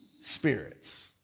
spirits